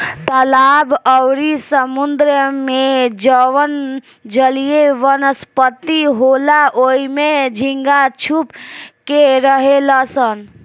तालाब अउरी समुंद्र में जवन जलीय वनस्पति होला ओइमे झींगा छुप के रहेलसन